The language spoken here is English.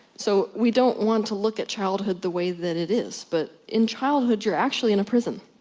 so, we don't want to look at childhood the way that it is. but, in childhood you're actually in a prison.